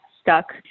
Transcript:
stuck